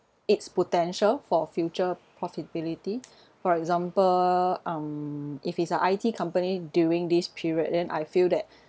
its potential for future profitability for example um if it's a I_T company during this period then I feel that